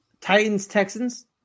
Titans-Texans